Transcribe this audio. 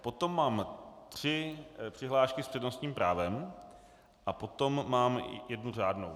Potom mám tři přihlášky s přednostním právem a potom mám jednu řádnou.